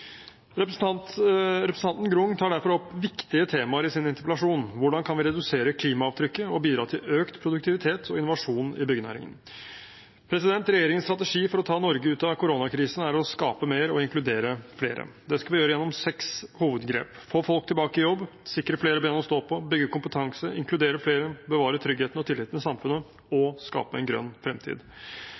Representanten Grung tar derfor opp viktige temaer i sin interpellasjon: Hvordan kan vi redusere klimaavtrykket og bidra til økt produktivitet og innovasjon i byggenæringen? Regjeringens strategi for å ta Norge ut av koronakrisen er å skape mer og inkludere flere. Det skal vi gjøre gjennom seks hovedgrep: få folk tilbake i jobb, sikre flere ben å stå på, bygge kompetanse, inkludere flere, bevare tryggheten og tilliten i samfunnet – og skape en grønn fremtid.